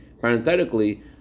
parenthetically